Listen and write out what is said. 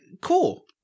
Cool